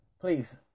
Please